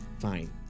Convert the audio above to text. Fine